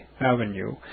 Avenue